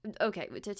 okay